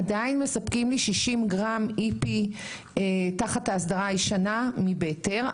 עדיין מספקים לי 60 גרם EP תחת ההסדרה הישנה מבטר,